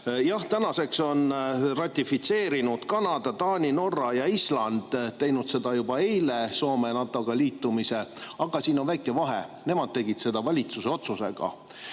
jah, tänaseks on ratifitseerinud Kanada, Taani, Norra ja Island, on teinud seda juba eile, Soome NATO-ga liitumise. Aga siin on väike vahe: nemad tegid seda valitsuse otsusega.